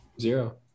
Zero